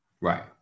Right